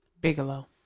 Bigelow